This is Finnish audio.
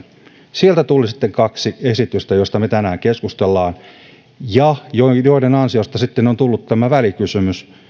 sieltä tuli sitten kaksi esitystä joista me tänään keskustelemme ja joiden joiden ansiosta on tullut tämä välikysymys